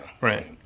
right